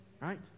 Right